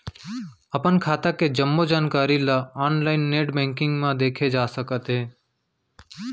अपन खाता के जम्मो जानकारी ल ऑनलाइन नेट बैंकिंग म देखे जा सकत हे